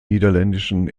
niederländischen